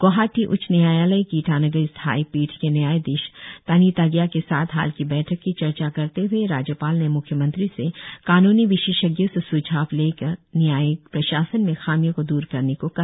गोहाटी उच्च न्यायालय की ईटानगर स्थायी पीठ के न्यायाधीश तानी तागिया के साथ हाल की बैठक की चर्चा करते हए राज्यपाल ने म्ख्यमंत्री से कानूनी विशेषज्ञों से स्झाव लेकर न्यायिक प्रशासन में खामियों को दूर करने को कहा